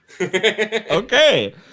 Okay